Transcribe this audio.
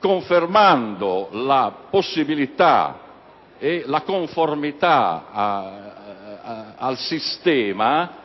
confermò la possibilità e la conformità al sistema